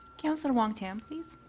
councillor wong-tam, please.